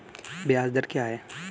ब्याज दर क्या है?